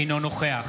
אינו נוכח